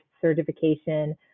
certification